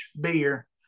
beer